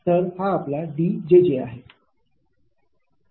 तर हा आपला D आहे